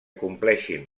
compleixin